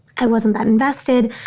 i wasn't that invested.